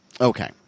Okay